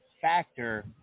factor